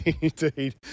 Indeed